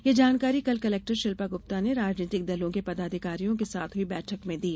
यह जानकारी कल कलेक्टर शिल्पा गुप्ता ने राजनीतिक दलों के पदाधिकारियों के साथ हुई बैठक में दी